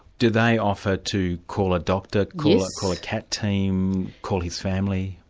do they offer to call a doctor, call call a cat team, call his family?